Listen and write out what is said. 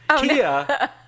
Kia